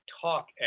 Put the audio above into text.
talk